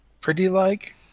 pretty-like